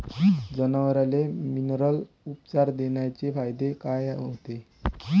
जनावराले मिनरल उपचार देण्याचे फायदे काय होतीन?